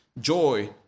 joy